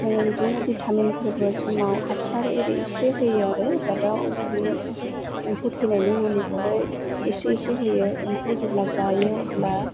जोङो बिदिनो भिटामिनफोरबो समाव हासार एरि एसे होयो आरो आबादाव एम्फौ थैनायनि मुलिखौबो एसे एसे होयो एम्फौ जेब्ला जायो अब्ला